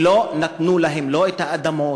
ולא נתנו להם לא את האדמות,